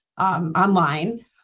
online